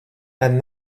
and